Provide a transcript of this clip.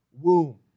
womb